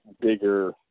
bigger